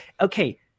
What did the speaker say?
okay